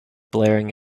blaring